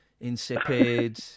insipid